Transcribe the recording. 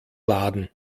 laden